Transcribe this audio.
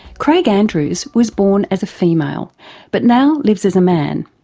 craig andrews was born as a female but now lives as a man.